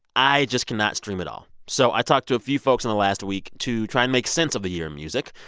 i just cannot stream it all. so i talked to a few folks in the last week to try and make sense of the year in music.